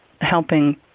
helping